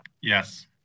Yes